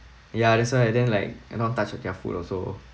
ya that's why and then like I don't want to touch with their food also